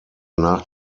nach